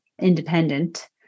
independent